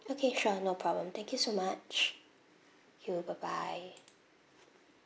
okay sure no problem thank you so much you bye bye